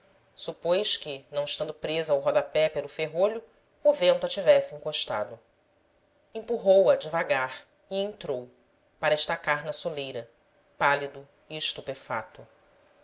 supôs que não estando presa ao rodapé pelo ferrolho o vento a tivesse encostado empurrou a devagar e entrou para estacar na soleira pálido e estupefato